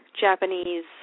Japanese